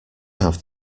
have